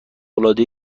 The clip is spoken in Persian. العاده